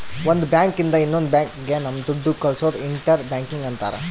ಒಂದ್ ಬ್ಯಾಂಕ್ ಇಂದ ಇನ್ನೊಂದ್ ಬ್ಯಾಂಕ್ ಗೆ ನಮ್ ದುಡ್ಡು ಕಳ್ಸೋದು ಇಂಟರ್ ಬ್ಯಾಂಕಿಂಗ್ ಅಂತಾರ